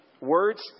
Words